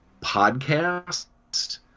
podcast